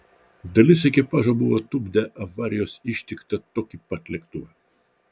dalis ekipažo buvo tupdę avarijos ištiktą tokį patį lėktuvą